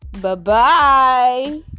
Bye-bye